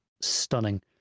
stunning